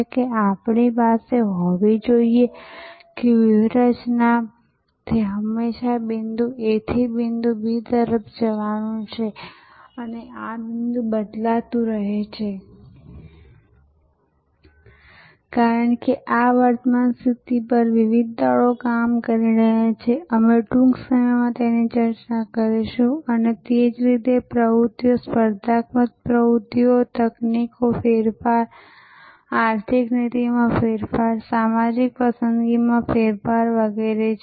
તમને યાદ હશે કે અમે ચર્ચા કરી રહ્યા છીએ કે આ ચિત્રના ઉપરના ભાગ દ્વારા રજૂ કરવામાં આવેલ આ ઉપલા વર્ગ જે પ્રકારનું વ્યવસાય મોડલ છે તે હવે આધુનિક ખ્યાલને માર્ગ આપી રહ્યું છે જ્યાં અમારી પાસે ગ્રાહકોનું નેટવર્ક છે અમારી પાસે સેવા પ્રદાતાઓના નેટવર્ક છે અને મધ્યમાં અમારી પાસે નેટવર્ક પણ છે